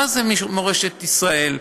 מה זה "מורשת ישראל"?